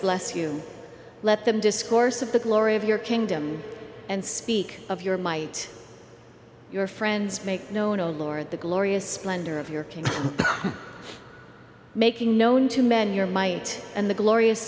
bless you let them discourse of the glory of your kingdom and speak of your might your friends make known oh lord the glorious splendor of your king making known to men your might and the glorious